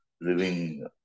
living